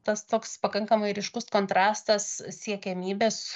tas toks pakankamai ryškus kontrastas siekiamybės